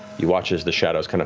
you watch as the shadows kind of